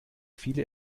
viele